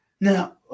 Now